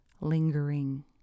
lingering